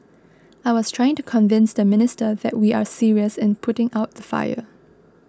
I was trying to convince the minister that we are serious in putting out the fire